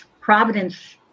providence